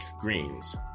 greens